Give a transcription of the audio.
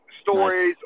stories